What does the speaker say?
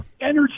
Energy